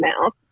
mouth